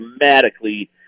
dramatically